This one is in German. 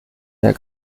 der